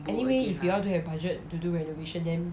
anyway if you all don't have budget to do renovation then